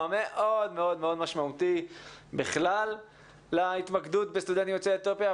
מאוד משמעותי להתמקדות בסטודנטים יוצאי אתיופיה בכלל,